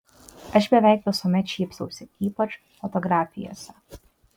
aš beveik visuomet šypsausi ypač fotografijose